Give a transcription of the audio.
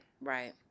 right